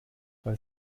bei